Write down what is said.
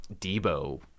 Debo